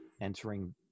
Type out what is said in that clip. entering